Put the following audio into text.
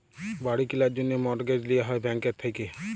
বাড়ি কিলার জ্যনহে মর্টগেজ লিয়া হ্যয় ব্যাংকের থ্যাইকে